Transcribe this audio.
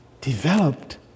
developed